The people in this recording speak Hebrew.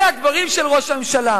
אלה הדברים של ראש הממשלה.